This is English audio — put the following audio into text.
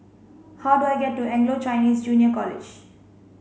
how do I get to Anglo Chinese Junior College